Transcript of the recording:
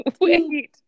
Wait